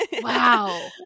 Wow